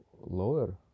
lower